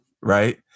right